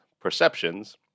perceptions